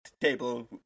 table